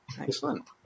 excellent